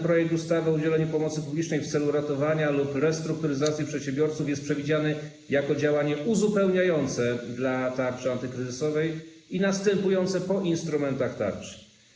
Projekt ustawy o udzielaniu pomocy publicznej w celu ratowania lub restrukturyzacji przedsiębiorców jest przewidziany jako działanie uzupełniające dla tarczy antykryzysowej i następujące po zastosowaniu instrumentów tarczy.